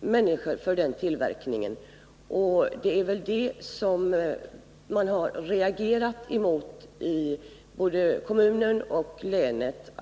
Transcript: människor för den tillverkningen. Det är väl detta som man har reagerat mot i både kommunen och länet.